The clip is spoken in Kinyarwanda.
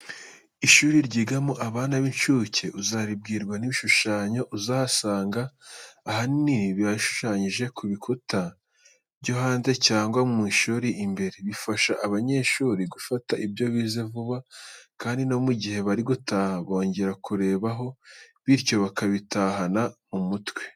Ishuri ryigamo abana b'incuke, uzaribwirwa n'ibishushanyo uzahasanga, ahanini biba bishushanyije ku bikuta byo hanze cyangwa mu ishuri imbere. Bifasha abanyeshuri gufata ibyo bize vuba kandi no mu gihe bari gutaha bongera kurebaho, bityo bakabitahana mu mutwe.